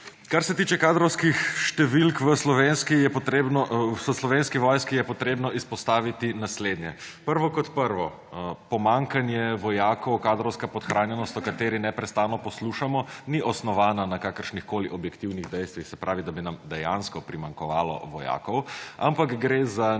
Kar se tiče kadrovskih številk v Slovenski vojski, je treba izpostaviti naslednje. Prvo kot prvo, pomanjkanje vojakov, kadrovska podhranjenost, o kateri neprestano poslušamo, ni osnovana na kakršnihkoli objektivnih dejstvih, se pravi, da bi nam dejansko primanjkovalo vojakov, ampak gre za